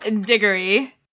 Diggory